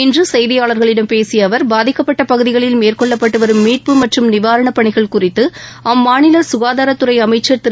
இன்று செய்தியாளரிடம் பேசிய அவர் பாதிக்கப்பட்ட பகுதிகளில் மேற்கொள்ளப்பட்டு வரும் மீட்பு மற்றும் நிவாரணப் பணிகள் குறித்து அம்மாநில க்காதாரத்துறை அமைச்ச் திரு